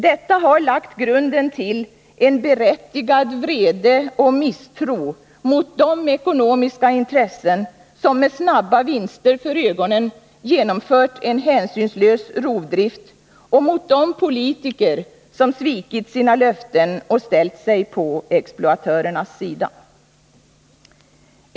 Detta har lagt grunden till en berättigad vrede och misstro mot de ekonomiska intressen som med snabba vinster för ögonen genomfört en hänsynslös rovdrift och mot de politiker som svikit sina löften och ställt sig på exploatörernas sida.